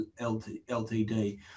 LTD